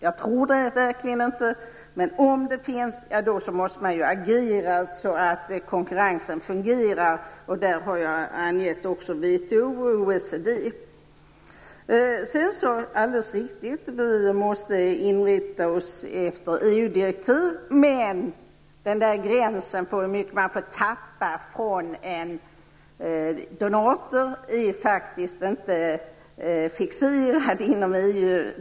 Jag tror verkligen inte att det är så, men om det är så måste man agera så att konkurrensen fungerar. Jag har angivit att man kan vända sig till VHO och OECD. Det är alldeles riktigt att vi måste inrätta oss efter EU-direktiv, men gränsen för hur mycket man får tappa från en donator är faktiskt inte fixerad inom EU.